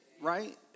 right